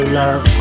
love